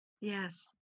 Yes